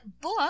book